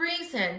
reason